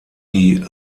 die